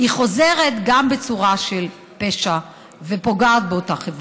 היא חוזרת גם בצורה של פשע ופוגעת באותה חברה.